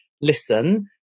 listen